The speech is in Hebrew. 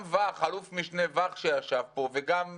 וגם אלוף משנה ואך שישב פה וגם